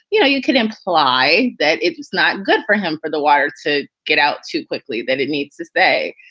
you know, you could imply that it is not good for him for the wire to get out too quickly, that it needs to stay,